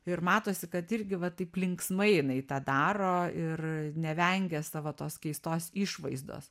ir matosi kad irgi va taip linksmai jinai tą daro ir nevengia savo tos keistos išvaizdos